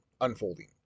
unfolding